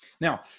Now